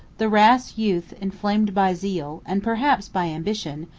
the rash youth, inflamed by zeal, and perhaps by ambition,